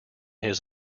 his